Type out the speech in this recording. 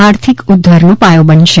આર્થિક ઉધ્ધારનો પાયો બનશે